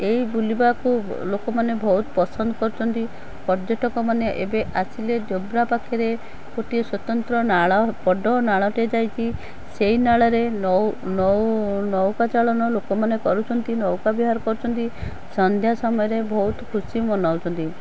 ଏଇ ବୁଲିବାକୁ ଲୋକମାନେ ବହୁତ ପସନ୍ଦ କରୁଛନ୍ତି ପର୍ଯ୍ୟଟକମାନେ ଏବେ ଆସିଲେ ଯୋବ୍ରା ପାଖରେ ଗୋଟିଏ ସ୍ୱତନ୍ତ୍ର ନାଳ ବଡ଼ ନାଳଟେ ଯାଇଛି ସେଇ ନାଳରେ ନୌକା ଚାଳନ ଲୋକମାନେ କରୁଛନ୍ତି ନୌକା ବିହାର କରୁଛନ୍ତି ସନ୍ଧ୍ୟା ସମୟରେ ବହୁତ ଖୁସି ମନାଉଛନ୍ତି